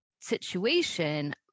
situation